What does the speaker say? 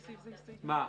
מה?